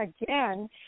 again